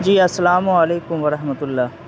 جی السلام علیکم و رحمة اللہ